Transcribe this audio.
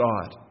God